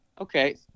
Okay